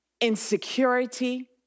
insecurity